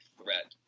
threat